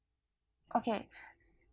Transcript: okay